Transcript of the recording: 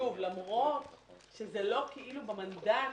שוב, למרות שזה כאילו לא במנדט